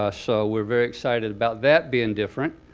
ah so we're very excited about that being different.